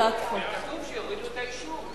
כתוב שיורידו את האישור.